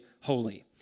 holy